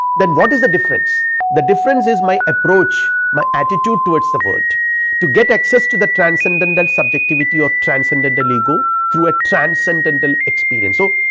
then what is the difference the difference is my approach my attitude towards the world to get access to the transcendental subjectivity of transcendental ego, through a transcendental experience. so,